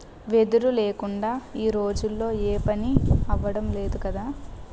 వెదురు లేకుందా ఈ రోజుల్లో ఏపనీ అవడం లేదు కదా